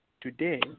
today